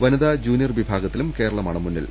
വനിതാ junior വിഭാഗത്തിലും കേരളമാണ് മുന്നിൽ